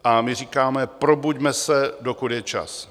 A my říkáme: probuďme se, dokud je čas.